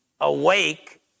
awake